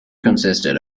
consisted